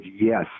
yes